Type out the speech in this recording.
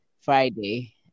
Friday